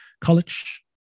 college